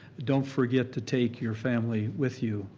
don't forget to take your family with you